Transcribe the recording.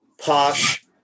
Posh